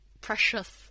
precious